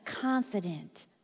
confident